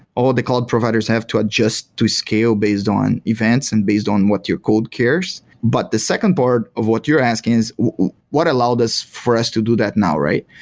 all the cloud providers have to adjust to scale based on events and based on what your code cares. but the second part of what you're asking is what allowed for us to do that now, right?